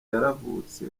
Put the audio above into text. yaravutse